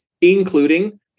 including